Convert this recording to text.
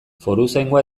foruzaingoa